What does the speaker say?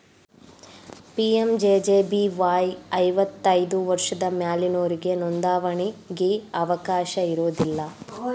PMJJBY ಐವತ್ತೈದು ವರ್ಷದ ಮ್ಯಾಲಿನೊರಿಗೆ ನೋಂದಾವಣಿಗಿ ಅವಕಾಶ ಇರೋದಿಲ್ಲ